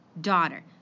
daughter